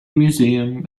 museum